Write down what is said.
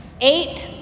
Eight